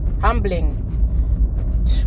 humbling